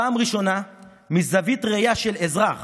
פעם ראשונה מזווית ראייה של אזרח